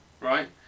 right